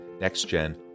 Next-Gen